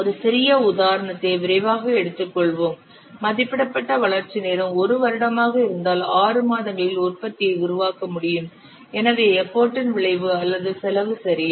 ஒரு சிறிய உதாரணத்தை விரைவாக எடுத்துக்கொள்வோம் மதிப்பிடப்பட்ட வளர்ச்சி நேரம் 1 வருடமாக இருந்தால் 6 மாதங்களில் உற்பத்தியை உருவாக்க முடியும் எனவே எபோடின் விளைவு அல்லது செலவு சரியா